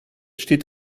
steht